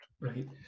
Right